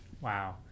Wow